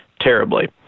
terribly